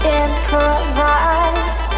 improvise